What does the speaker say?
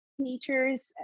teachers